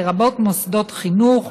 לרבות מוסדות חינוך,